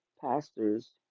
pastors